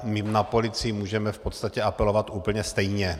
My na policii můžeme v podstatě apelovat úplně stejně.